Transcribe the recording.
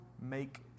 make